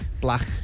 Black